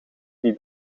die